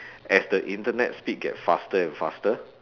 as the Internet speed get faster and faster